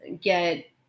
get